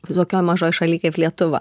vo tokioj mažoj šaly kaip lietuva